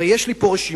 הרי יש לי פה רשימה,